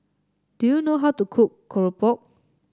do you know how to cook Keropok